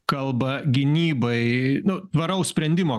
kalba gynybai nu tvaraus sprendimo